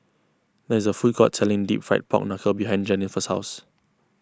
there is a food court selling Deep Fried Pork Knuckle behind Jennifer's house